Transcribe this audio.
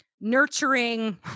nurturing